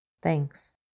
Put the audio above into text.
Thanks